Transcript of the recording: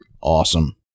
Awesome